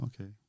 okay